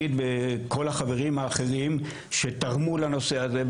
וכל החברים האחרים שתרמו לנושא הזה.